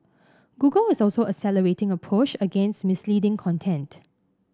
google is also accelerating a push against misleading content